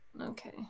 Okay